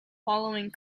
following